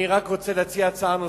אני רק רוצה להציע הצעה נוספת.